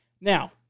Now